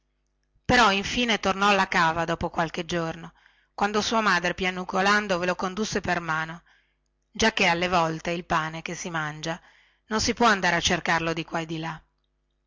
però infine tornò alla cava dopo qualche giorno quando sua madre piagnuccolando ve lo condusse per mano giacchè alle volte il pane che si mangia non si può andare a cercarlo di qua e di là